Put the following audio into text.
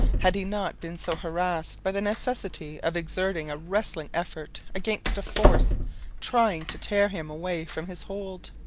had he not been so harassed by the necessity of exerting a wrestling effort against a force trying to tear him away from his hold.